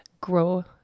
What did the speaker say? grow